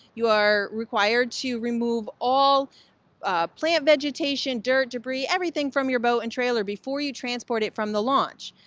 you are required to remove all plant vegetation, dirt, debris, everything from your boat and trailer before you transport it from the launch.